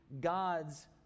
God's